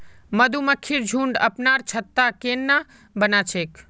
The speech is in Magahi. मधुमक्खिर झुंड अपनार छत्ता केन न बना छेक